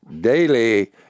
daily